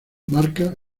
marca